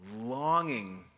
longing